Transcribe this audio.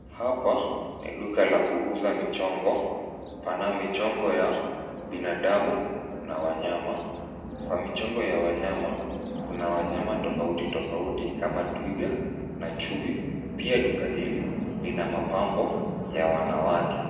Hapa ni duka la kuuza michongo. Pana michongo ya binadamu na wanyama. Kwa michongo ya wanyama, kuna wanyama tofauti tofauti kama twiga na chui. Pia duka hili lina mapambo ya wanawake.